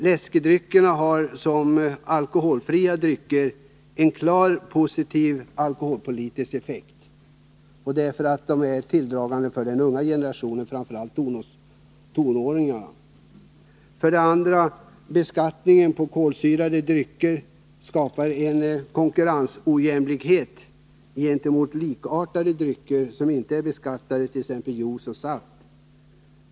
Läskedryckerna har som alkoholfria drycker en klart positiv alkoholpolitisk effekt, därför att de är tilldragande för den unga generationen, framför allt tonåringarna. 2. Beskattningen på de kolsyrade dryckerna skapar en konkurrensojämlikhet gentemot likartade drycker som inte är beskattade, t.ex. juice och saft.